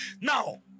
Now